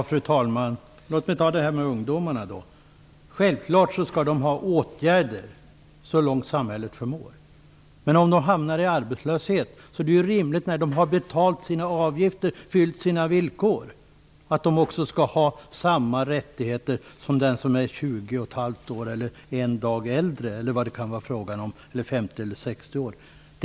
Fru talman! Självklart skall vi vidta åtgärder för att hjälpa ungdomarna så långt samhället förmår. Om de hamnar i arbetslöshet är det rimligt att de, när de har betalat sina avgifter och uppfyllt sina villkor, också skall ha samma rättigheter som den som är 20 1⁄2 år eller bara en dag äldre eller 50 år.